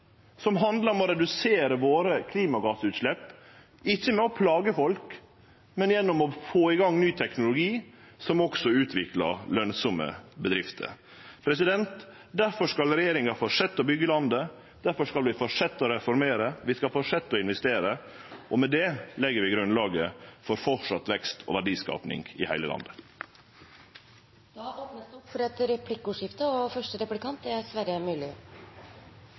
som handlar om å redusere klimagassutsleppa våre, ikkje ved å plage folk, men gjennom å få i gang ny teknologi som også utviklar lønsame bedrifter. Difor skal regjeringa fortsetje å byggje landet, difor skal vi fortsetje å reformere, vi skal fortsetje å investere. Med det legg vi grunnlaget for vekst og verdiskaping i heile landet. Det blir replikkordskifte. I trontaledebatten så langt er